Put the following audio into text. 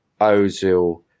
Ozil